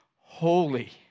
Holy